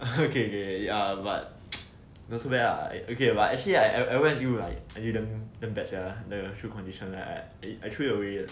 okay okay ya but don't so bad lah okay but I wear until like damn bad sia the shoe condition I I threw away